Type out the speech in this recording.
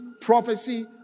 prophecy